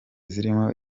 zirimo